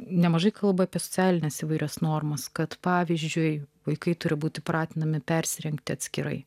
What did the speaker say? nemažai kalba apie socialines įvairias normas kad pavyzdžiui vaikai turi būti pratinami persirengti atskirai